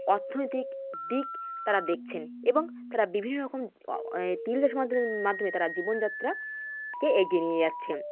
অর্থনৈতিক দিক তারা দেখছেন এবং তারা বিভিন্ন রকম তিল চাষের মাধ্যমে মাধ্যমে তারা জীবনযাত্রাকে এগিয়ে নিয়ে যাচ্ছেন